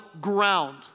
ground